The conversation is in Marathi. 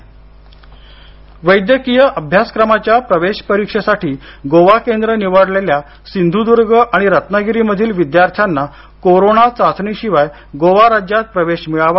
सिंधुदुर्ग वैद्यकीय अभ्यासक्रमाच्या प्रवेश परीक्षेसाठी गोवा केंद्र निवडलेल्या सिंधुदुर्ग आणि रत्नागिरीमधील विद्यार्थ्यांना कोरोना चाचणीशिवाय गोवा राज्यात प्रवेश मिळावा